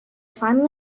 final